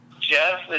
Jeff